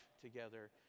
together